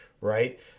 Right